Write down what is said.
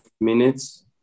minutes